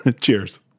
Cheers